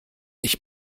ich